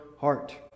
heart